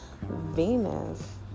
Venus